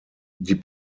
die